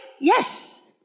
yes